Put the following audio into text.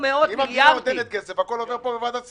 אם המדינה נותנת כסף, הכול עובר פה בוועדת הכספים.